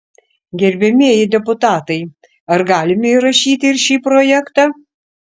gerbiamieji deputatai ar galime įrašyti ir šį projektą